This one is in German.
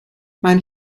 mein